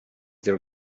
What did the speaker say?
their